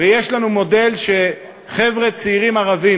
ויש לנו מודל של חבר'ה צעירים ערבים